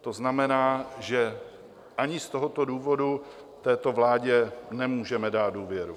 To znamená, že ani z tohoto důvodu této vládě nemůžeme dát důvěru.